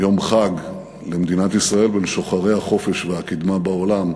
יום חג למדינת ישראל ולשוחרי החופש והקדמה בעולם.